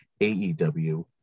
AEW